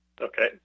Okay